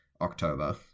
october